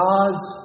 God's